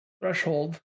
threshold